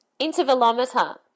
intervalometer